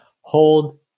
Hold